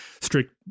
strict